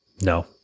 No